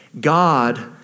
God